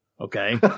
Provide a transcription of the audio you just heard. Okay